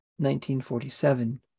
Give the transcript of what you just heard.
1947